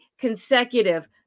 consecutive